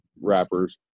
wrappers